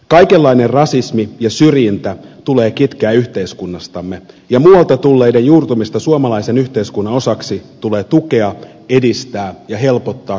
kaikenlainen rasismi ja syrjintä tulee kitkeä yhteiskunnastamme ja muualta tulleiden juurtumista suomalaisen yhteiskunnan osaksi tulee tukea edistää ja helpottaa kaikin tavoin